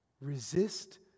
resist